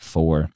Four